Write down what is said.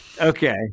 Okay